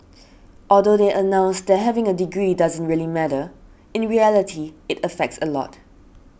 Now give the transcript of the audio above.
although they announced that having a degree doesn't really matter in reality it affects a lot